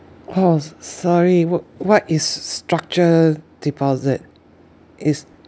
pause sorry wha~ what is structure deposit is